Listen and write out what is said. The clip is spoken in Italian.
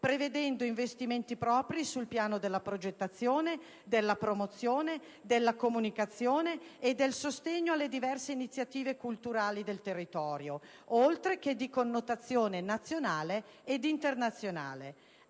prevedendo investimenti propri sul piano della progettazione, della promozione, della comunicazione e del sostegno alle diverse iniziative culturali del territorio, oltre che di connotazione nazionale ed internazionale.